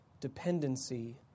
dependency